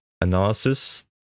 analysis